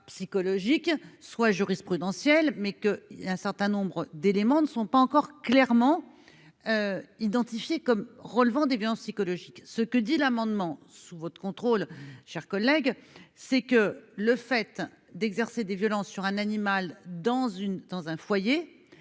psychologiques soit jurisprudentielle mais que un certain nombre d'éléments ne sont pas encore clairement identifiées comme relevant des violences psychologiques, ce que dit l'amendement sous votre contrôle, chers collègues, c'est que le fait d'exercer des violences sur un animal dans une,